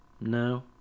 No